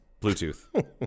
Bluetooth